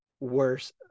worse